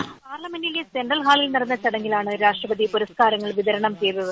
voice പാർലമെന്റിലെ central ഹാളിൽ നടന്ന ചടങ്ങിലാണ് രാഷ്ട്രപതി പുരസ്ക്കാരങ്ങൾ വിതരണം ചെയ്തത്